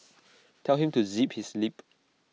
tell him to zip his lip